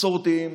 מסורתיים,